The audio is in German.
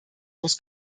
muss